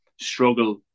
struggle